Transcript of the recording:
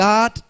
God